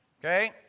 okay